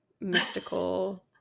mystical